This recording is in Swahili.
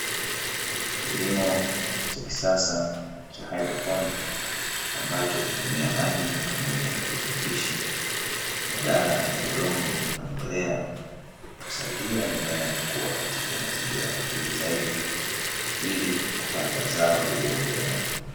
Kilimo cha kisasa cha haidroponi, ambacho hutumia maji pamoja na virutubishi badala ya udongo na mbolea, husaidia mimea kukuwa katika mazingira rafiki zaidi ili kupata zao lililo bora.